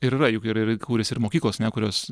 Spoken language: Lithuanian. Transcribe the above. ir yra juk ir ir įkūręs ir mokyklos ne kurios